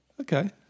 okay